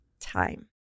time